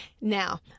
Now